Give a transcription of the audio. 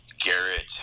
Garrett